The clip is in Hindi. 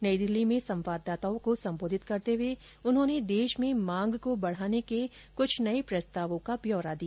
नई दिल्ली में संवाददाताओं को संबोधित करते हए उन्होंने देश में मांग को बढाने के क्छ नये प्रस्तावों का ब्यौरा दिया